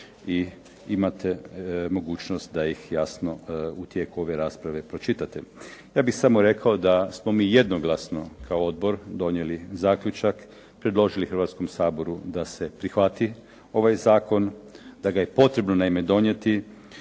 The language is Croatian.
i imate mogućnost da ih jasno u tijeku ove rasprave pročitate. Ja bih samo rekao da smo mi jednoglasno kao odbor donijeli zaključak, predložili Hrvatskom saboru da se prihvati ovaj zakon, da ga je potrebno naime donijeti